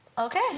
Okay